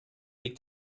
liegt